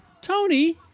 Tony